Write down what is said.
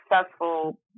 successful